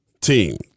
team